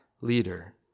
leader